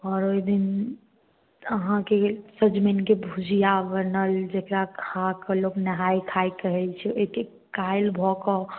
आओर ओहिदिन अहाँके सजमनिके भुजिआ बनल जकरा खा कऽ लोक नहाए खाए कहैत छै ओहिके काल्हि भऽ कऽ